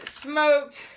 smoked